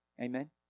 Amen